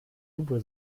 lupe